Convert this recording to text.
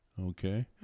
Okay